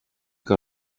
que